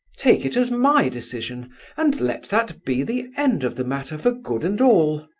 take it as my decision and let that be the end of the matter for good and all.